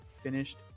finished